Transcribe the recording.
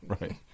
Right